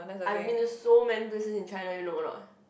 I mean so many persons in China you know a lot